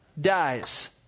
dies